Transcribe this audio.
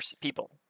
people